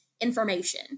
information